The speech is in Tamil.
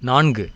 நான்கு